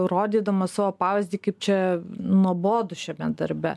rodydamas savo pavyzdį kaip čia nuobodu šiame darbe